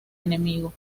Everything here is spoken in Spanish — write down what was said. enemigo